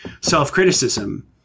self-criticism